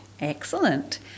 Excellent